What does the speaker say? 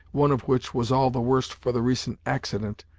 one of which was all the worse for the recent accident,